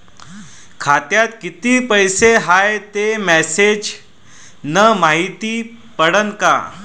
खात्यात किती पैसा हाय ते मेसेज न मायती पडन का?